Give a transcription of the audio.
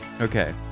Okay